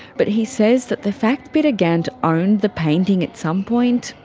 but he says that the fact peter gant owned the painting at some point.